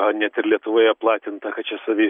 net ir lietuvoje platintą kad čia savi